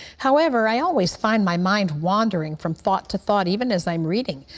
however, i always find my mind wandering from thought to thought, even as i um reading.